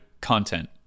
content